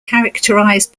characterized